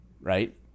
right